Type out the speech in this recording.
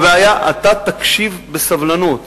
אתה תקשיב בסבלנות.